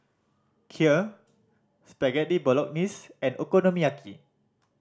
Kheer Spaghetti Bolognese and Okonomiyaki